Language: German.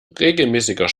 regelmäßiger